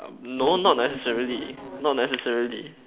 um no not necessarily not necessarily